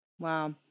Wow